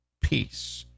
peace